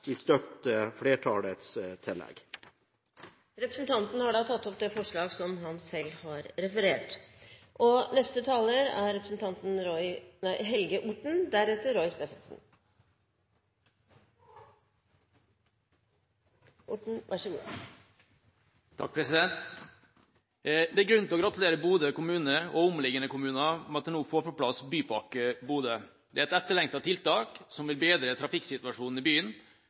flertallets tillegg. Representanten Kjell-Idar Juvik har tatt opp det forslaget som han refererte til. Det er grunn til å gratulere Bodø kommune og omliggende kommuner med at en nå får på plass Bypakke Bodø. Det er et etterlengtet tiltak, som vil bedre trafikksituasjonen i byen